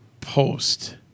post